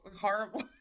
horrible